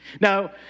Now